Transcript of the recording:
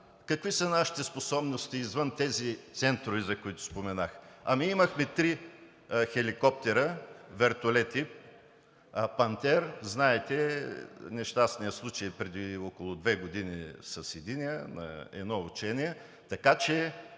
Какви са нашите способности извън тези центрове, за които споменах? Ами имахме три хеликоптера, вертолети „Пантер“ – знаете за нещастния случай преди около две години с единия на едно учение,